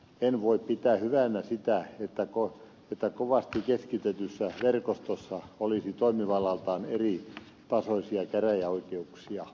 en voi pitää hyvänä sitä että kovasti keskitetyssä verkostossa olisi toimivallaltaan eri tasoisia käräjäoikeuksia